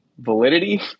validity